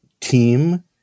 team